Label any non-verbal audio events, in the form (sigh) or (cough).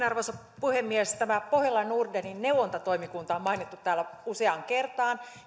(unintelligible) arvoisa puhemies tämä pohjola nordenin neuvontatoimikunta on mainittu täällä useaan kertaan